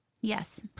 yes